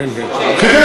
יש עוד שאלות.